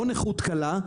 לא נכות קלה,